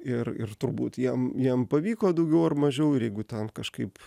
ir ir turbūt jiem jiem pavyko daugiau ar mažiau ir jeigu ten kažkaip